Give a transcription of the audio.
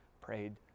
prayed